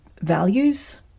values